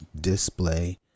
display